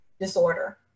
disorder